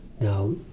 Now